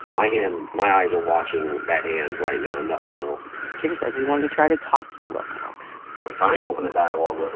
my hand my eyes are watching that hand right now and nothing else kidder says he wanted to try to talk to wilcox i was trying to open a dialogue with